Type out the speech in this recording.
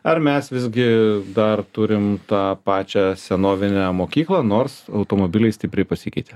ar mes visgi dar turim tą pačią senovinę mokyklą nors automobiliai stipriai pasikeitė